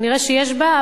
נראה שיש בה,